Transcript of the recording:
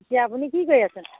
এতিয়া আপুনি কি কৰি আছে